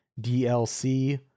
DLC